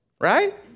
Right